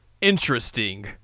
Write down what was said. Interesting